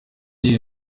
iyihe